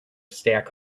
stack